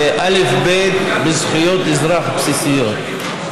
זה אלף-בית בזכויות אזרח בסיסיות.